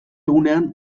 egunean